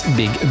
big